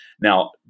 Now